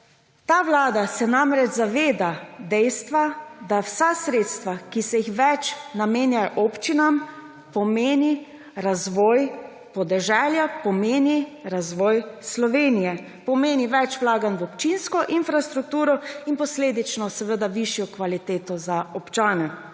Ta vlada se namreč zaveda dejstva, da vsa sredstva, ki se jih več namenja občinam, pomenijo razvoj podeželja, pomenijo razvoj Slovenije, pomenijo več vlaganj v občinsko infrastrukturo in posledično višjo kvaliteto za občane.